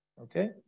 Okay